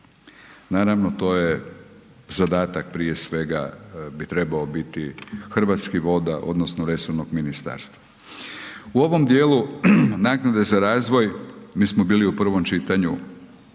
Naravno to je zadatak, prije svega bi trebao biti Hrvatskih voda odnosno resornog ministarstva. U ovom dijelu naknade za razvoj mi smo bili u prvom čitanju